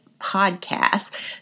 podcast